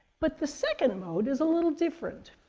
but the second mode is a little different.